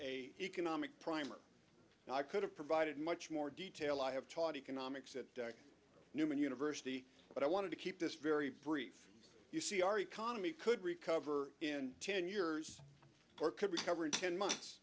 a economic primer and i could have provided much more detail i have taught economics at newman university but i wanted to keep this very brief you see our economy could recover in ten years or could recover in ten